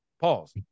Pause